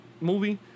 movie